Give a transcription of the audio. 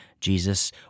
Jesus